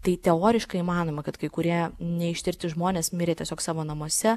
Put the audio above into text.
tai teoriškai įmanoma kad kai kurie neištirti žmonės mirė tiesiog savo namuose